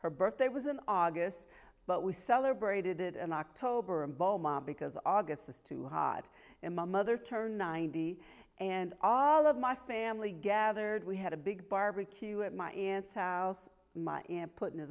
her birthday was in august but we celebrated it in october and valmont because august is too hot in my mother turned ninety and all of my family gathered we had a big barbecue at my aunt's house my aunt put in